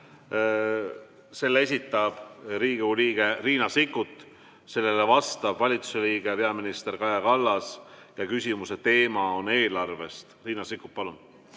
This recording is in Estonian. Selle esitab Riigikogu liige Riina Sikkut, sellele vastab valitsuse liige peaminister Kaja Kallas ja küsimuse teema on eelarve. Riina Sikkut, palun!